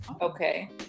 Okay